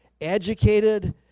educated